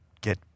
get